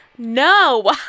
No